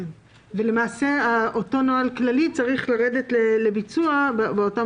למעשה אותו נוהל כללי צריך לרדת לביצוע באותם